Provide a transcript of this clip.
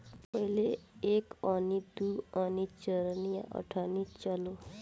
पहिले एक अन्नी, दू अन्नी, चरनी आ अठनी चलो